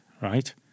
right